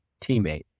teammate